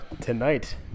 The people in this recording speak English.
tonight